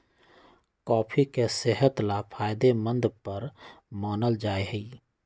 coffee के सेहत ला फायदेमंद पर मानल जाहई